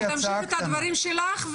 תמשיכי את הדברים שלך,